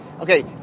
Okay